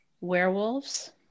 werewolves